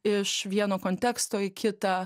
iš vieno konteksto į kitą